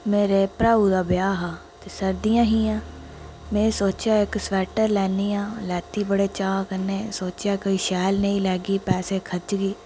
मेरे भ्राऊ दा ब्याह् हा ते सर्दियां हियां में सोचेआ इक स्वैटर लैन्नी आं लैत्ती बड़े चाऽ कन्नै सोचेआ कोई शैल नेही लैगी पैसे खर्चगी